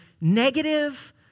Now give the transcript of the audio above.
negative